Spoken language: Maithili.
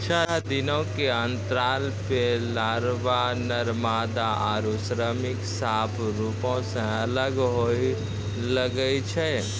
छः दिनो के अंतराल पे लारवा, नर मादा आरु श्रमिक साफ रुपो से अलग होए लगै छै